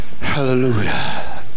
hallelujah